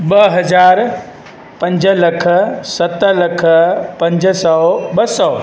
ॿ हजार पंज लख सत लख पंज सौ ॿ सौ